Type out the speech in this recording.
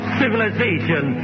civilization